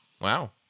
Wow